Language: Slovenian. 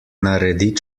naredi